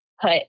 put